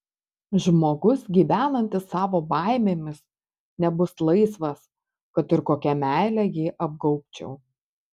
žmogus gyvenantis savo baimėmis nebus laisvas kad ir kokia meile jį apgaubčiau